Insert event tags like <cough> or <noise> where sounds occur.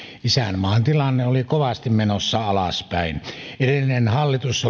isänmaan tilanne oli kovasti menossa alaspäin edellinen hallitus <unintelligible>